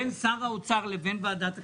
בין שר האוצר לבין ועדת הכספים,